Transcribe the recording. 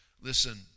Listen